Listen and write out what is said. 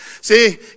See